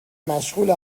مشغول